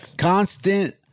Constant